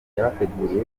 yabateguriye